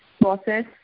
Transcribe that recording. process